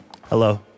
Hello